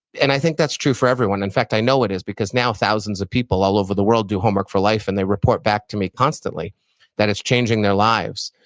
and i think that's true for everyone. in fact, i know it is because now thousands of people all over the world do homework for life, and they report back to me constantly that it's changing their lives.